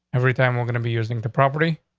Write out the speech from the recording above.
every time we're gonna be using the property,